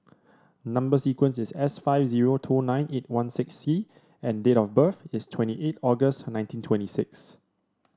number sequence is S five zero two nine eight one six C and date of birth is twenty eight August nineteen twenty six